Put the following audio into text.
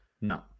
No